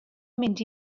mynd